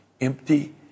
empty